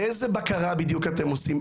איזה בקרה בדיוק אתם עושים?